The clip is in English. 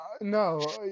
no